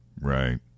Right